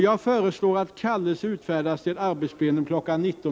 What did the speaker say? Jag föreslår att kallelse utfärdas till arbetsplenum kl. 19.10.